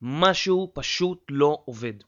משהו פשוט לא עובד.